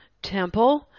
temple